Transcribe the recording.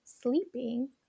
sleeping